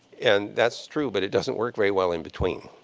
and that's true. but it doesn't work very well in between.